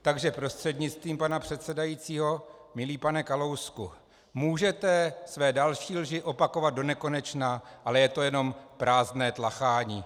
Takže prostřednictvím pana předsedajícího milý pane Kalousku, můžete své další lži opakovat donekonečna, ale je to jenom prázdné tlachání.